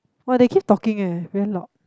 !wah! they keep talking eh very loud